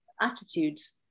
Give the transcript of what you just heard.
attitudes